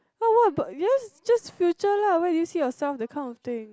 wha~ what about yes just future lah where do you see yourself that kind of thing